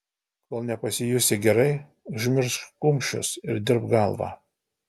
kol nepasijusi gerai užmiršk kumščius ir dirbk galva